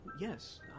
yes